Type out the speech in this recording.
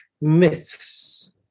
myths